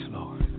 Lord